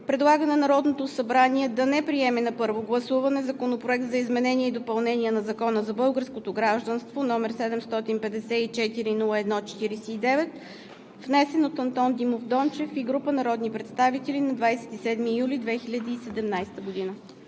предлага на Народното събрание да не приеме на първо гласуване Законопроект за изменение и допълнение на Закона за българското гражданство, № 754-01-49, внесен от Андон Димов Дончев и група народни представители на 27 юли 2017 г.“